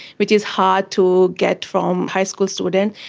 which is hard to get from high school students.